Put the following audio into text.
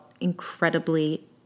incredibly